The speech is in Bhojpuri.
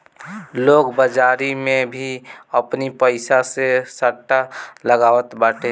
लोग बाजारी में भी आपनी पईसा से सट्टा लगावत बाटे